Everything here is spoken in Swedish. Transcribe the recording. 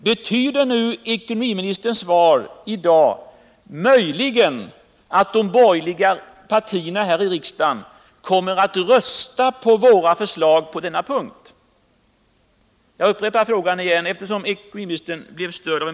Betyder ekonomiministerns svar i dag möjligen att de borgerliga partierna här i riksdagen kommer att rösta på våra förslag på denna punkt?